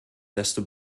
desto